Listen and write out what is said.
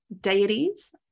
deities